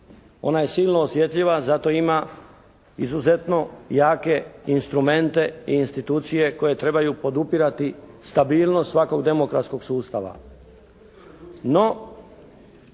Ona je silno osjetljiva, zato ima izuzetno jake instrumente i institucije koje trebaju podupirati stabilnosti svakog demokratskog sustava.